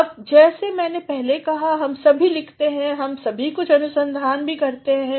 अब जैसा मैनेकहा हम सभी लिखते हैं हम सभी कुछ अनुसंधान भी करते हैं